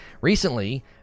recently